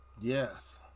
Yes